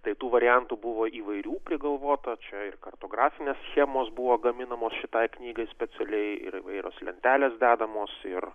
tai tų variantų buvo įvairių prigalvota čia ir kartografinės schemos buvo gaminamos šitai knygai specialiai ir įvairios lentelės dedamos ir